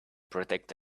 protect